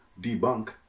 debunk